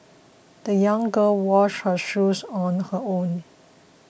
the young girl washed her shoes on her own